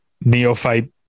neophyte